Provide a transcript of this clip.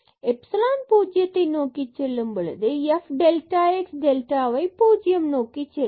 epsilon பூஜ்ஜியத்தை நோக்கிச் செல்லும் பொழுது f delta x delta y பூஜ்ஜியம் நோக்கிச் செல்லும்